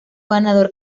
ganador